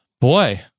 Boy